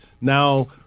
now